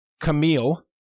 Camille